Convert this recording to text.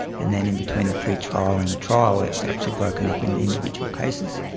and then in between the pre-trial and the trial it was actually broken up into individual cases,